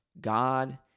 God